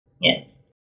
Yes